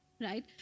right